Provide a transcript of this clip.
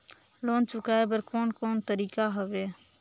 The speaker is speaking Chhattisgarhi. लोन चुकाए बर कोन कोन तरीका हवे?